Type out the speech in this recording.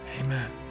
amen